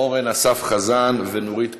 אורן אסף חזן, נורית קורן.